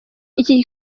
iki